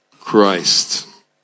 Christ